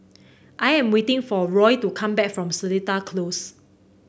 I am waiting for Roy to come back from Seletar Close